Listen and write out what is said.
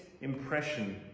impression